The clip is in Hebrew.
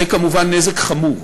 זה, כמובן, נזק חמור,